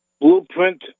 Blueprint